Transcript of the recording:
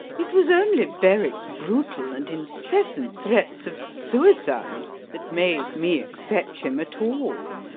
it was only berwick's brutal and incessant threats of suicide that made me accept him at all,